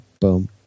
boom